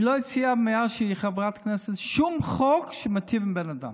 היא לא הציעה מאז שהיא חברת כנסת שום חוק שמיטיב עם בן אדם,